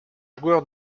joueur